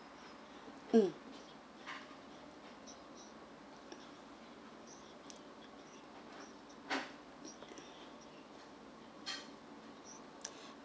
mm